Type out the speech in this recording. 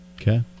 okay